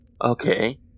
Okay